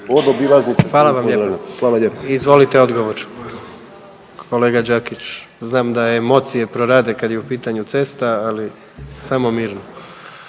Gordan (HDZ)** Izvolite odgovor. Kolega Đakić znam da emocije prorade kad je u pitanju cesta, ali samo mirno.